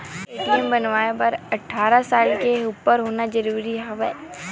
का ए.टी.एम बनवाय बर अट्ठारह साल के उपर होना जरूरी हवय?